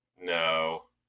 No